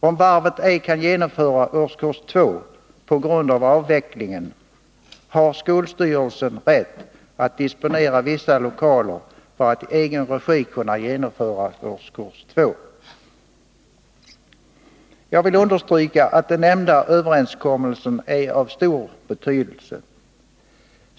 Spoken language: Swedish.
Om varvet ej kan genomföra årskurs två på grund av avvecklingen, har skolstyrelsen rätt att disponera vissa lokaler för att i egen regi genomföra den. Den nämnda överenskommelsen är av stor betydelse.